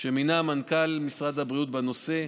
שמינה מנכ"ל משרד הבריאות בנושא.